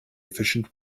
efficient